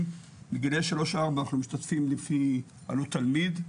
בגילאי 3-4 אנחנו משתתפים לפי עלות תלמיד,